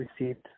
received